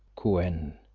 kou-en,